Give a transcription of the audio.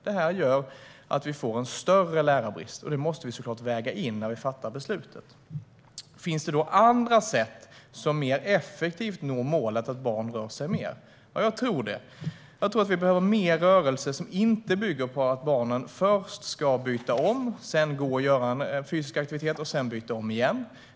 Det gör att vi får en större lärarbrist, och det måste vi såklart väga in när vi fattar beslutet. Finns det andra sätt som mer effektivt når målet att barn ska röra sig mer? Jag tror det. Vi behöver mer rörelse som inte bygger på att barnen först ska byta om, sedan ha en fysisk aktivitet och därefter byta om igen.